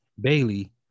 Bailey